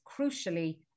crucially